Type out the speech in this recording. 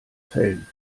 fällen